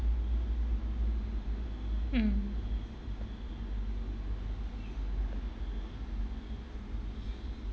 mm